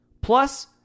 Plus